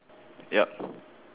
yup